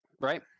right